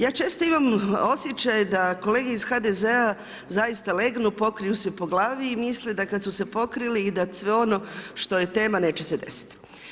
Ja često imam osjećaj da kolege iz HDZ-a zaista legnu, pokriju se po glavi i misle da kad su se pokrili i da sve ono što je tema neće se desiti.